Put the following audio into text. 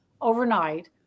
overnight